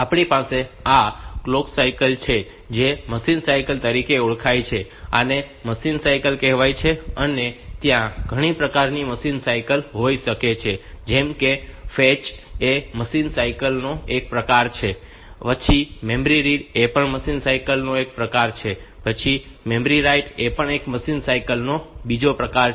આપણી પાસે આ કલોક સાયકલ છે જે મશીન સાયકલ તરીકે ઓળખાય છે આને મશીન સાયકલ કહેવાય છે અને ત્યાં ઘણા પ્રકારની મશીન સાયકલ હોઈ શકે છે જેમ કે ફેચ એ મશીન સાયકલ નો એક પ્રકાર છે પછી મેમરી રીડ એ પણ મશીન સાયકલ નો એક પ્રકાર છે પછી મેમરી રાઈટ એ પણ મશીન સાયકલ નો બીજો પ્રકાર છે